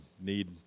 need